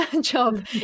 job